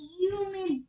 human